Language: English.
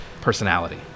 personality